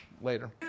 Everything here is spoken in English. Later